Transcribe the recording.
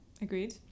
agreed